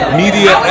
media